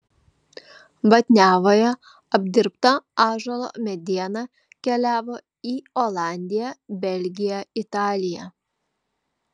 batniavoje apdirbta ąžuolo mediena keliavo į olandiją belgiją italiją